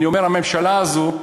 אני אומר שהממשלה הזו,